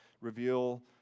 reveal